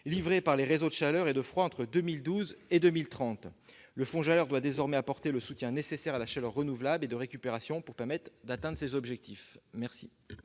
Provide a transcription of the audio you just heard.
livrée par les réseaux de chaleur et de froid entre 2012 et 2030. Le Fonds chaleur doit désormais apporter le soutien nécessaire à la chaleur renouvelable et de récupération pour permettre d'atteindre ces objectifs.